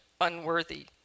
unworthy